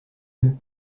eux